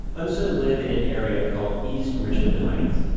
eunsoon lived in an area called east richmond heights.